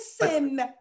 listen